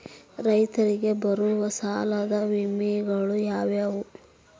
ರೈತರಿಗೆ ಬರುವ ಸಾಲದ ವಿಮೆಗಳು ಯಾವುವು?